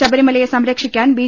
ശബരിമലയെ സംരക്ഷിക്കാൻ ബി